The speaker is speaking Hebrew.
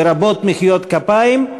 לרבות מחיאות כפיים,